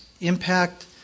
impact